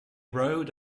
rode